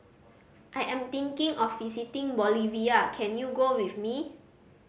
I am thinking of visiting Bolivia can you go with me